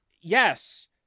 Yes